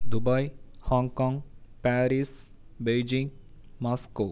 Dubai Hong Kong Paris Beijing Moscow